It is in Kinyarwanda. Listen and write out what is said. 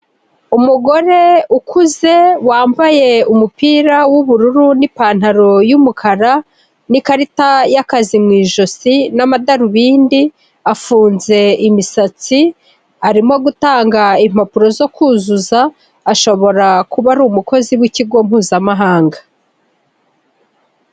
Umugore ukuze wambaye umupira w'ubururu n'ipantaro y'umukara n'ikarita y'akazi mu ijosi n'amadarubindi, afunze imisatsi arimo gutanga impapuro zo kuzuza ashobora kuba ari umukozi w'ikigo mpuzamahanga.